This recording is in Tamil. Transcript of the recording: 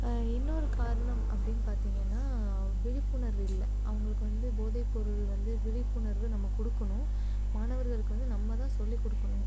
இன்னொரு காரணம் அப்படின்னு பார்த்தீங்கன்னா விழிப்புணர்வு இல்லை அவங்களுக்கு வந்து போதை பொருள் வந்து விழிப்புணர்வு நம்ம கொடுக்கணும் மாணவர்களுக்கு வந்து நம்ம தான் சொல்லி கொடுக்கணும்